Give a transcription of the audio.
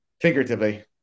Figuratively